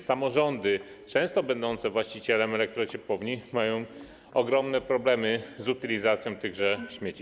Samorządy, często będące właścicielami elektrociepłowni, mają ogromne problemy z utylizacją tychże śmieci.